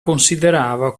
considerava